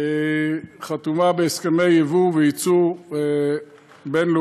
חתומה על הסכמי יבוא ויצוא בין-לאומיים.